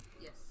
Yes